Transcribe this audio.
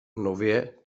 nově